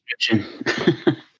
description